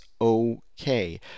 okay